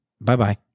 Bye-bye